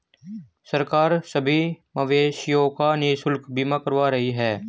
सरकार सभी मवेशियों का निशुल्क बीमा करवा रही है